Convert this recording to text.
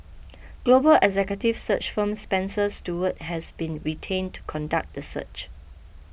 global executive search firm Spencer Stuart has been retained to conduct the search